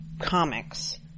comics